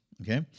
Okay